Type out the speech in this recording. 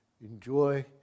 enjoy